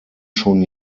schon